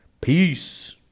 Peace